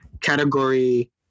category